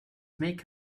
make